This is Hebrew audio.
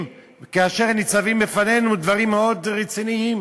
כאשר ניצבים בפנינו דברים מאוד רציניים.